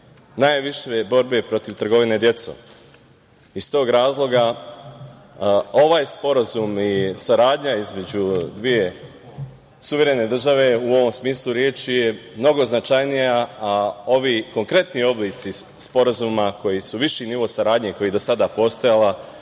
najviše borbe protiv trgovine decom. Iz tog razloga ovaj sporazum i saradnja između dve suverene države u ovom smislu reči je mnogo značajnija, a ovi konkretni oblici sporazuma koji su viši nivo saradnje koja je i do sada postojala